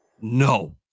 no